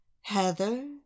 Heather